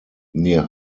near